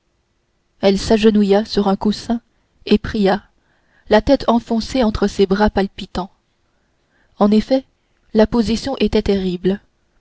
elle s'agenouilla sur un coussin et pria la tête enfoncée entre ses bras palpitants en effet la position était terrible